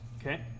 okay